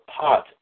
pot